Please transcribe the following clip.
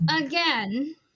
again